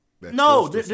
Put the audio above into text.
No